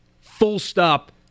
full-stop